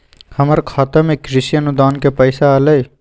हमर खाता में कृषि अनुदान के पैसा अलई?